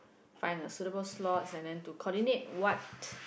find a suitable slot and then to coordinate what